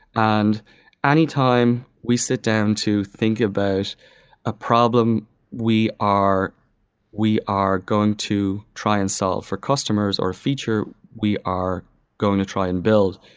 and any time we sit down to think about a problem we are we are going to try and solve for customers or feature, we are going to try and build